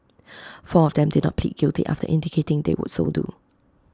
four of them did not plead guilty after indicating they would so do